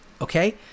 Okay